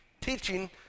teaching